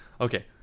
okay